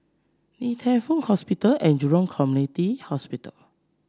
Ng Teng Fong Hospital and Jurong Community Hospital